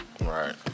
Right